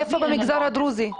איפה במגזר הדרוזי?